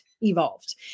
evolved